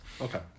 Okay